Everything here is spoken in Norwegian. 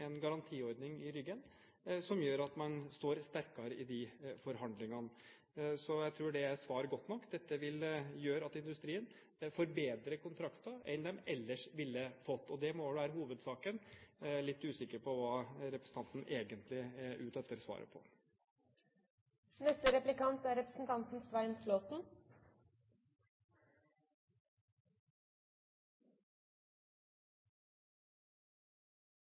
en garantiordning i ryggen som gjør at man står sterkere i de forhandlingene. Så jeg tror det er svar godt nok. Dette vil gjøre at industrien får bedre kontrakter enn de ellers ville ha fått. Det må vel være hovedsaken. Jeg er litt usikker på hva representanten egentlig er ute etter svaret på.